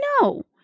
No